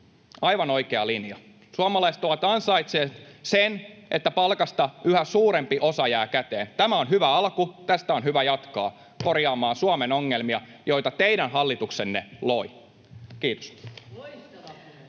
aivan oikea linja. Suomalaiset ovat ansainneet sen, että palkasta yhä suurempi osa jää käteen. Tämä on hyvä alku, tästä on hyvä jatkaa korjaamaan Suomen ongelmia, joita teidän hallituksenne loi. — Kiitos.